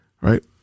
Right